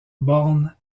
borne